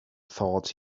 thought